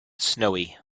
snowy